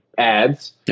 ads